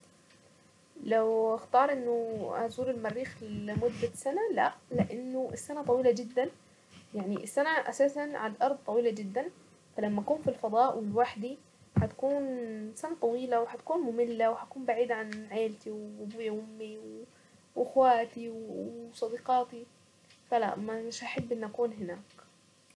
لو اختار انه ازور المريخ لمدة سنة لا، لانه السنة طويلة جدا. يعني السنة اساسا على الارض طويلة جدا، فلما اكون في الفضاء ولوحدي هتكون سنة طويلة وهتكون مملة وهكون بعيد عن عيلتي وابويا وامي واخواتي وصديقاتي فلا مش هحب اني اكون هناك.